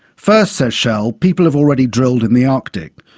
first, says shell, people have already drilled in the arctic.